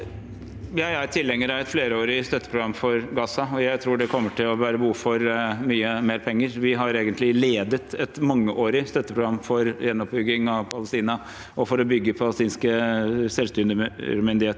Jeg er tilhenger av et flerårig støtteprogram for Gaza, og jeg tror det kommer til å være behov for mye mer penger. Vi har egentlig ledet et mangeårig støtteprogram for gjenoppbygging av Palestina og for å bygge palestinske selvstyremyndigheter,